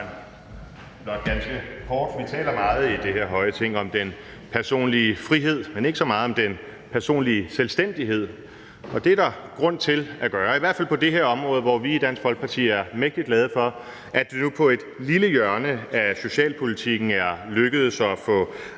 Vi taler meget i det her høje Ting om den personlige frihed, men ikke så meget om den personlige selvstændighed, og det er der grund til at gøre, i hvert fald på det her område, hvor vi i Dansk Folkeparti er mægtig glade for, at det nu på et lille hjørne af socialpolitikken er lykkedes at få